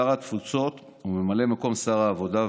שר התפוצות וממלא מקום שר העבודה,